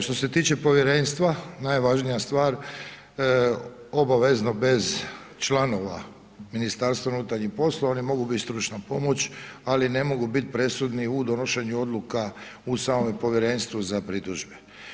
Što se tiče povjerenstva, najvažnija stvar, obavezno, bez članova, Ministarstva unutarnjih poslova, oni mogu biti stručna pomoć, ali ne mogu biti presudni u donošenju odluka u samome povjerenstvu za pritužbe.